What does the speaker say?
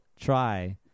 try